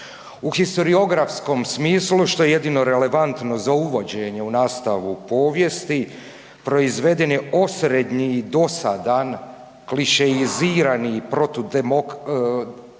U historiografskom smislu što je jedino relevantno za uvođenje u nastavu povijesti proizveden je osrednji i dosadan klišeizirani i protudokumentarni